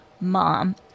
mom